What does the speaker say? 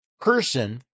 person